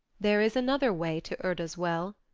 there is another way to urda's well,